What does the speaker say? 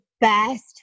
best